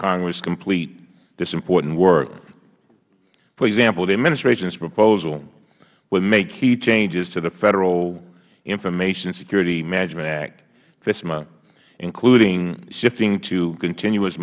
congress complete this important work for example the administration's proposal would make key changes to the federal information security management act including shifting to continu